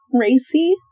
racy